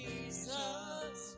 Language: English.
Jesus